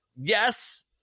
yes